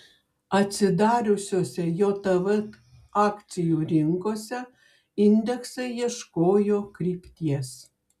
atsidariusiose jav akcijų rinkose indeksai ieškojo krypties